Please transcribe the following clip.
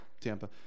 Tampa